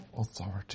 authority